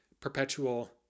perpetual